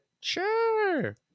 Sure